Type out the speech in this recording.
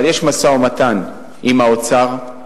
אבל יש משא-ומתן עם האוצר.